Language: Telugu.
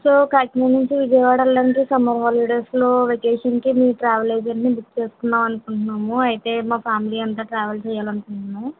సో కాకినాడ నుంచి విజయవాడ వెళ్ళడానికి సమ్మర్ హలిడేస్లో వెకేషన్కి మీ ట్రావెల్ ఎజెంట్ని బుక్ చేసుకుందాము అనుకుంటున్నాము అయితే మా ఫ్యామిలీ అంతా ట్రావెల్ చేయాలి అనుకుంటున్నాము